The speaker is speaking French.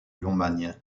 lomagne